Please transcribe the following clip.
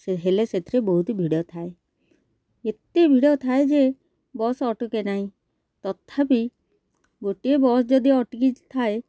ସେ ହେଲେ ସେଥିରେ ବହୁତ ଭିଡ଼ ଥାଏ ଏତେ ଭିଡ଼ ଥାଏ ଯେ ବସ୍ ଅଟକେ ନାହିଁ ତଥାପି ଗୋଟିଏ ବସ୍ ଯଦି ଅଟକି ଥାଏ